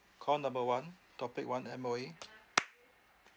call number one topic one M_O_E